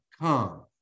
come